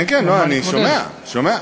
כן כן, אני שומע, שומע.